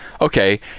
okay